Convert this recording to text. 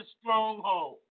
stronghold